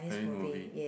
Chinese movie